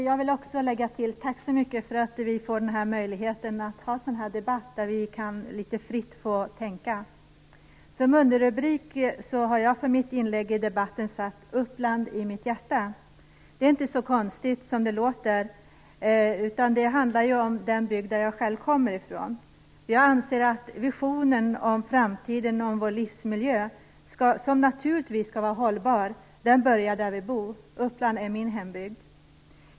Fru talman! Jag vill tacka för möjligheten att ha en debatt där vi kan litet fritt kan framföra våra tankar. Som underrubrik har jag för mitt inlägg i debatten satt Uppland i mitt hjärta. Det är inte så konstigt som det låter. Det handlar om den bygd där jag själv kommer ifrån. Jag anser att visionen om framtiden och vår livsmiljö, som naturligtvis skall vara hållbar, börjar där vi bor, och Uppland är min hembygd.